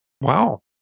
wow